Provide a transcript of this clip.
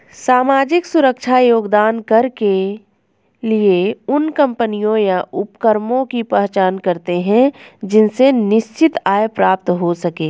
सामाजिक सुरक्षा योगदान कर के लिए उन कम्पनियों या उपक्रमों की पहचान करते हैं जिनसे निश्चित आय प्राप्त हो सके